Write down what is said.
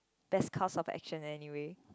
best course of action anyway